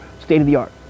State-of-the-art